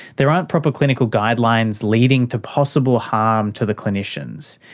there aren't proper clinical guidelines leading to possible harm to the clinicians.